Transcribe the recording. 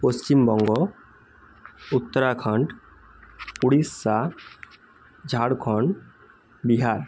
Paschimbanga Uttarakhand Orissa Jharkhand Bihar